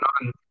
on